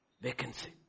vacancy